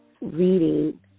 reading